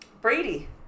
Brady